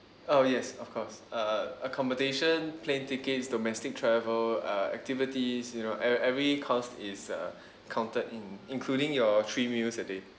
oh yes of course uh accommodation plane tickets domestic travel uh activities you know eve~ every cost is uh counted in including your three meals a day